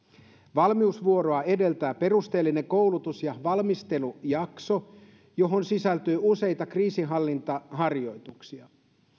valmiusvuoroa edeltää perusteellinen koulutus ja valmistelujakso johon sisältyy useita kriisinhallintaharjoituksia